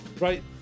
Right